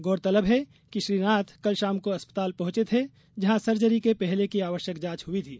गौरतलब है कि श्री नाथ कल शाम को अस्पताल पहुंचे थे जहां सर्जरी के पहले की आवश्यक जांच हई थीं